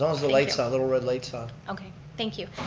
as the light's on, little red light's on. okay thank you.